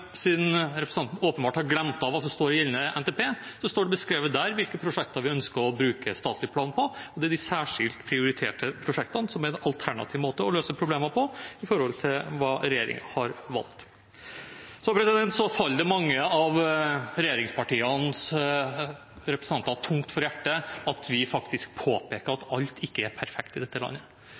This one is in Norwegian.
siden representanten åpenbart har glemt hva som står i gjeldende NTP: Der står det beskrevet hvilke prosjekter vi ønsker å bruke statlig plan på, og det er de særskilt prioriterte prosjektene, som er en alternativ måte å løse problemene på, i forhold til hva regjeringen har valgt. Så faller det mange av regjeringspartienes representanter tungt for brystet at vi faktisk påpeker at alt ikke er perfekt i dette landet.